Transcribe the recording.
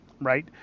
Right